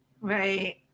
Right